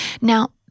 Now